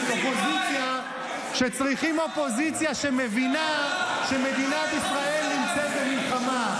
שצריכים אופוזיציה שמבינה שמדינת ישראל נמצאת במלחמה.